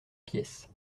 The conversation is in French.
pièce